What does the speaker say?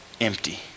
empty